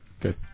good